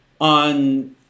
on